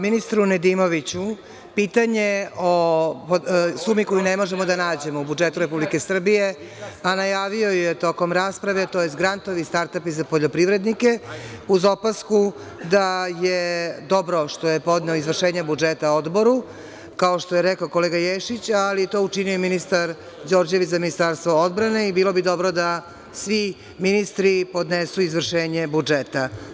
Ministru Nedimoviću pitanje o sumi koju ne možemo da nađemo u budžetu Republike Srbije, a najavio ju je tokom rasprave, tj. „grantovi star-tapi“ za poljoprivrednike, uz opasku da je dobro što je podneo izvršenje budžeta odboru, kao što je rekao kolega Ješić, ali je to učinio ministar Đorđević za Ministarstvo odbrane i bilo bi dobro da svi ministri podnesu izvršenje budžeta.